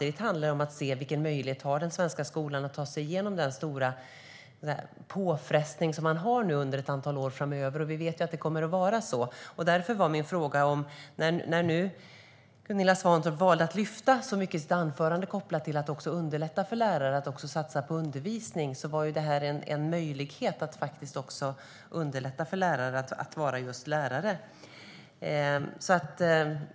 Det handlar om att se vilken möjlighet den svenska skolan har att ta sig igenom den stora påfrestning som vi vet att man kommer att ha under ett antal år framöver. När nu Gunilla Svantorp valde att tala så mycket i sitt anförande om att underlätta för lärare att satsa på undervisning tog jag upp detta som en möjlighet att underlätta för lärare att vara just lärare.